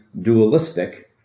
dualistic